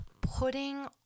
putting